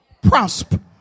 prosper